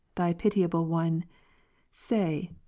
thy pitiable one say,